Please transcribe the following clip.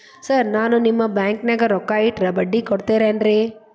Sir ನಾನು ನಿಮ್ಮ ಬ್ಯಾಂಕನಾಗ ರೊಕ್ಕ ಇಟ್ಟರ ಬಡ್ಡಿ ಕೊಡತೇರೇನ್ರಿ?